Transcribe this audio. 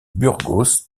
burgos